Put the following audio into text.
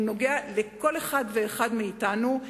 הוא נוגע לכל אחד ואחד מאתנו.